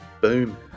Boom